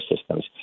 systems